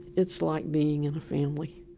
it's like being in a family